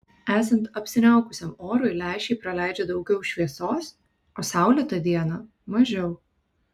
esant apsiniaukusiam orui lęšiai praleidžia daugiau šviesos o saulėtą dieną mažiau